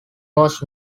was